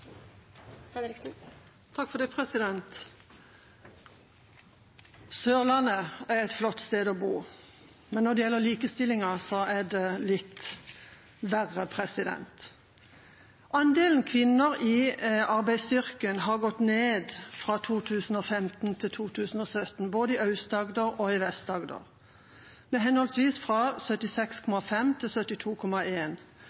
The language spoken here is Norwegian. et flott sted å bo, men når det gjelder likestillingen, er det litt verre. Andelen kvinner i arbeidsstyrken har gått ned fra 2015 til 2017, både i Aust-Agder og i Vest-Agder, henholdsvis fra